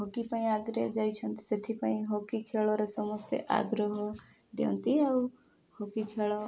hockey ପାଇଁ ଆଗରେ ଯାଇଛନ୍ତି ସେଥିପାଇଁ ହକି ଖେଳରେ ସମସ୍ତେ ଆଗ୍ରହ ଦିଅନ୍ତି ଆଉ ହକି ଖେଳ